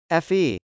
FE